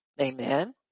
Amen